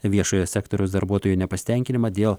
viešojo sektoriaus darbuotojų nepasitenkinimą dėl